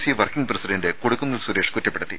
C working president Kodikunnil Suresh കുറ്റപ്പെടുത്തി